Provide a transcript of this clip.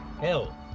Hell